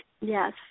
Yes